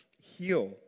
heal